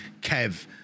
Kev